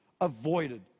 avoided